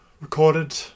recorded